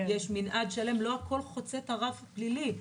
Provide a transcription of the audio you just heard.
יש מנעד שלם, לא הכול חוצה את הרף הפלילי.